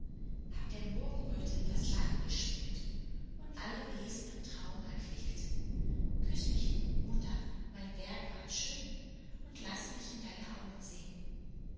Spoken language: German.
hab der morgenröte das land geschmückt und alle wesen im traum erquickt küß mich nun mutter mein werk ward schön und laß mich in deine augen sehn